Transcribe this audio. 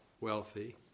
wealthy